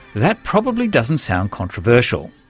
that probably doesn't sound controversial,